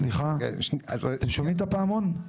אתם שומעים את הפעמון?